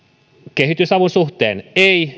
kehitysavun suhteen ei